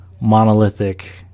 monolithic